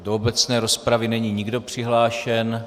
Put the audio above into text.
Do obecné rozpravy není nikdo přihlášen.